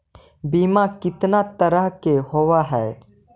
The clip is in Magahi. बीमा कितना तरह के होव हइ?